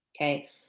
Okay